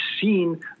seen